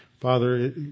Father